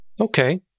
Okay